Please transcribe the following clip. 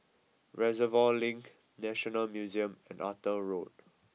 Reservoir Link National Museum and Arthur Road